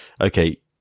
okay